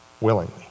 willingly